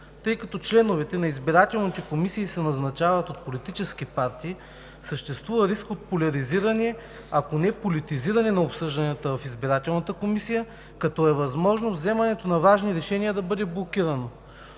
„Тъй като членовете на избирателните комисии се назначават от политически партии, съществува риск от поляризиране, ако не политизиране на обсъжданията в Избирателната комисия, като е възможно вземането на важни решения да бъде блокирано.